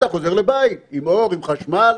אתה חוזר לבית עם אור, עם חשמל,